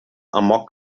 amok